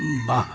ৱাহ